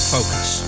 Focus